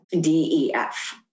DEF